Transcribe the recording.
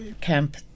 camp